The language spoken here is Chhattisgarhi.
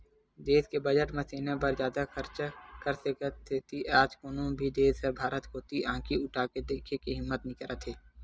देस के बजट म सेना बर जादा खरचा करे के सेती आज कोनो भी देस ह भारत कोती आंखी उठाके देखे के हिम्मत नइ करत हे